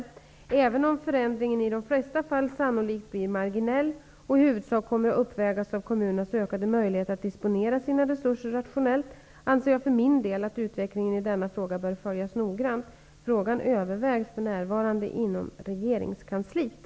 Även om förändringen i de flesta fall sannolikt blir marginell och i huvudsak kommer att uppvägas av kommunernas ökade möjligheter att disponera sina resurser rationellt anser jag för min del att utvecklingen i denna fråga bör följas noggrant. Frågan övervägs f.n. inom regeringskansliet.